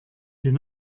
den